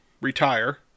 retire